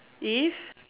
is